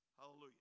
Hallelujah